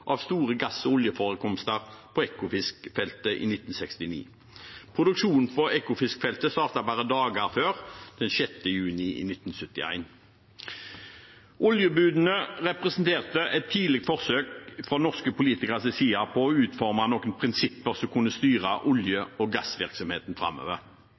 av store gass- og oljeforekomster på Ekofiskfeltet i 1969. Produksjonen på Ekofiskfeltet startet bare dager før, den 6. juni 1971. Oljebudene representerte et tidlig forsøk fra norske politikeres side på å utforme noen prinsipper som kunne styre olje- og gassvirksomheten framover.